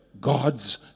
God's